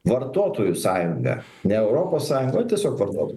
vartotojų sąjunga ne europos sąjunga o tiesiog vartotojų